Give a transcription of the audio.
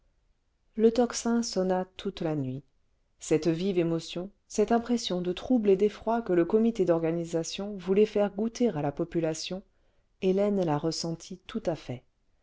le tocsin sonna toute la nuit cette vive émotion cette impression de trouble et d'effroi que le comité d'organisation voulait faire goûter à la population hélène la ressentit tout à fait